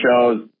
shows